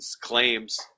claims